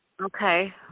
Okay